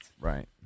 right